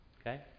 Okay